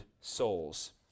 souls